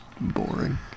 boring